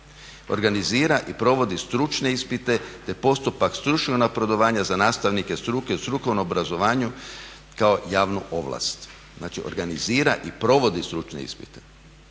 organizira i provodi stručne ispite te postupak stručnog napredovanja za nastavnike struke u strukovnom obrazovanju kao javnu ovlast. Znači organizira i provodi stručne ispite,